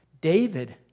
David